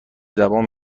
زبان